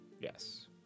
Yes